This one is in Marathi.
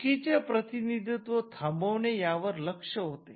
चुकीचे प्रतिनिधित्व थांबवणे यावर लक्ष होते